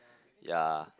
ya